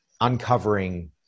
uncovering